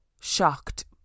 shocked